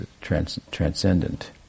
transcendent